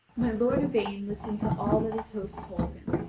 my lord yvain listened to all that his host told him,